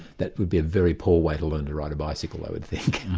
that would be a very poor way to learn to ride a bicycle i would think.